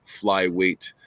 flyweight